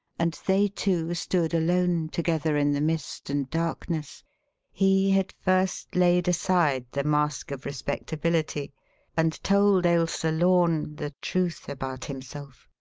and they two stood alone together in the mist and darkness he had first laid aside the mask of respectability and told ailsa lorne the truth about himself!